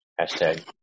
Hashtag